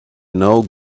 know